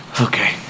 Okay